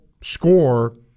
score